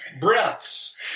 breaths